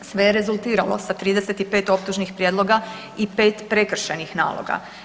Sve je rezultiralo sa 35 optužnih prijedloga i 5 prekršajnih naloga.